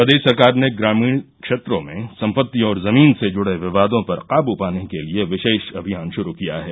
प्रदेश सरकार ने ग्रामीण क्षेत्रों में संपत्ति और जमीन से जुड़े विवादों पर काबू पाने के लिए विशेष अभियान शुरू किया है